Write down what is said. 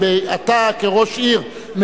אתה כראש עיר,